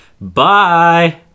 Bye